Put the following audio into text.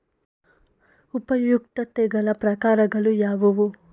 ಉಪಯುಕ್ತತೆಗಳ ಪ್ರಕಾರಗಳು ಯಾವುವು?